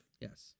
Yes